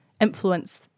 influence